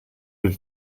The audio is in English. will